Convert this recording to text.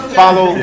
follow